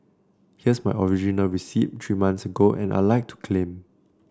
here's my original receipt three months ago and I'd like to claim